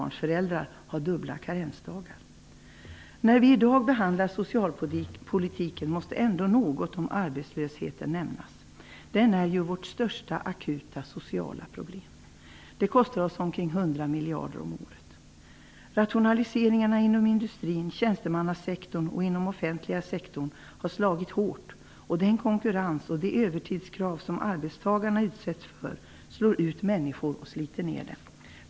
När vi i dag behandlar socialpolitiken måste ändå något om arbetslösheten nämnas. Den är ju vårt största akuta sociala problem. Den kostar oss omkring 100 miljarder om året. Rationaliseringarna inom industrin, tjänstemannasektorn och den offentliga sektorn har slagit hårt. Den konkurrens och de övertidskrav som arbetstagarna utsätts för slår ut människor och sliter ner dem.